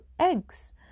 eggs